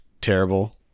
terrible